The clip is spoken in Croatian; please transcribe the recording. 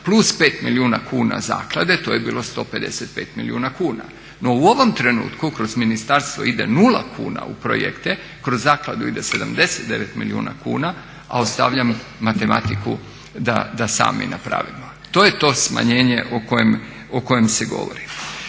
plus 5 milijuna kuna zaklade to je bilo 155 milijuna kuna. No u ovom trenutku kroz ministarstvo ide nula kuna u projekte, kroz zakladu ide 79 milijuna kuna, a ostavljam matematiku da sami napravimo. To je to smanjenje o kojem se govori.